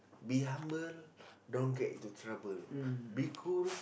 be humble don't get into trouble be cool